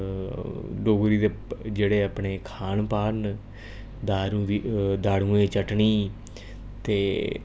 डोगरी दे जेह्ड़े अपने खान पान दारू दी दाड़ुयैं चटनी ते